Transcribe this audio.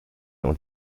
und